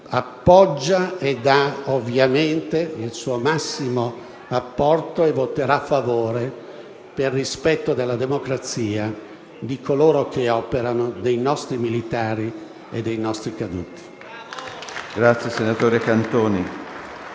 voto dà ovviamente il suo massimo apporto e voterà a favore del provvedimento per rispetto della democrazia, di coloro che operano, dei nostri militari e dei nostri caduti.